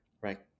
right